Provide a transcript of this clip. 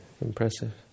impressive